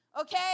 Okay